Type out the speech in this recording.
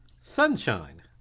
Sunshine